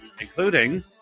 including